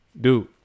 Dude